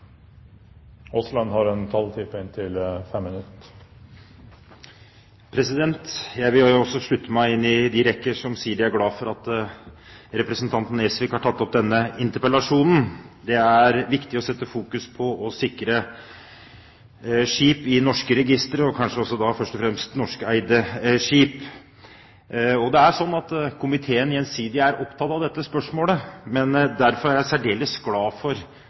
jeg vil føye meg inn i rekken av dem som sier de er glad for at representanten Nesvik har tatt opp denne interpellasjonen. Det er viktig å fokusere på å sikre skip i norske registre – og kanskje først og fremst norskeide skip. Det er slik at næringskomiteen er gjensidig opptatt av dette spørsmålet, og derfor er jeg særdeles glad for